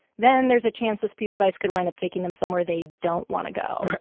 then there's a chance this piece of ice could wind up taking them somewhere they don't want to go right